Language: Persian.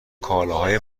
کالاهای